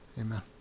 Amen